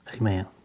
Amen